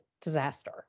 disaster